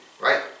Right